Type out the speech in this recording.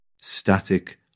static